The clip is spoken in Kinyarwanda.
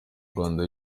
rwanda